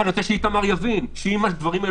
אבל אני רוצה שאיתמר יבין שאם הדברים האלה